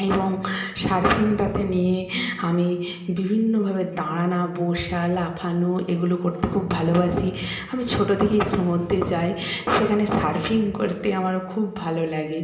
এবং সার্ফিংটাতে নিয়ে আমি বিভিন্ন ভাবে দাঁড়ানো বসা লাফানো এগুলো করতে খুব ভালোবাসি আমি ছোট থেকেই সমুদ্রে যাই সেখানে সার্ফিং করতে আমার খুব ভালো লাগে